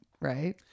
right